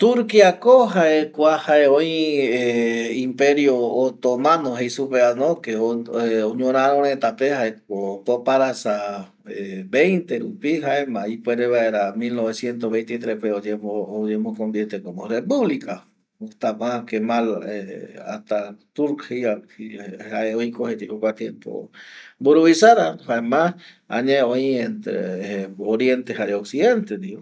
Turkia ko jae kua ko oi imperio otomano oñoraro reta ko jae popa arasa ˂hesitation˃ veinte rupi ipuere vaera mil novecientos veintitres oyemo convierte como republica jaema añae oñevae oriente como occidente